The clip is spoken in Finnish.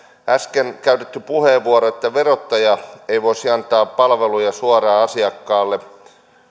äsken käytettiin puheenvuoro että verottaja ei voisi antaa palveluja suoraan asiakkaalle